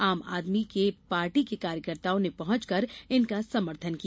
आम आदमी के पार्टी के कार्यकर्ताओं ने पहुंचकर इनका समर्थन किया